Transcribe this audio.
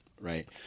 right